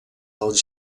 dels